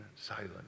silent